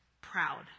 proud